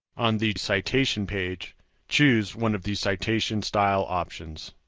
on the citation page choose one of the citation style options.